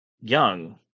young